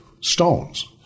stones